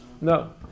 No